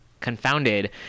confounded